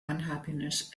unhappiness